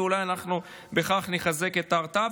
ואולי בכך אנחנו נחזק את ההרתעה,